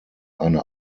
eine